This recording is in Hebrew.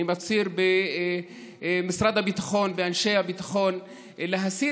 אני מפציר במשרד הביטחון ובאנשי הביטחון להסיר